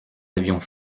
avions